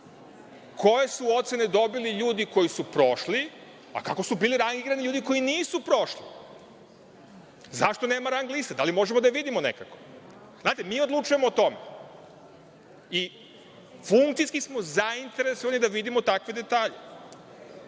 koje su ocene dobili ljudi koji su prošli, a kako su bili rangirani ljudi koji nisu prošli. Zašto nema rang liste? Da li možemo da vidimo nekako? Znate, mi odlučujemo o tome. I, funkcijski smo zainteresovani da vidimo takve detalje. Kako